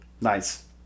Nice